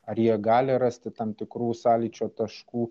ar jie gali rasti tam tikrų sąlyčio taškų